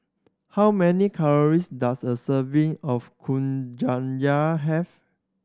how many calories does a serving of Kuih Syara have